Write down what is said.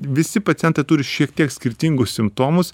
visi pacientai turi šiek tiek skirtingus simptomus